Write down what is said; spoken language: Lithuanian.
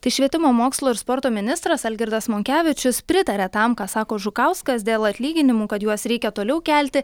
tai švietimo mokslo ir sporto ministras algirdas monkevičius pritaria tam ką sako žukauskas dėl atlyginimų kad juos reikia toliau kelti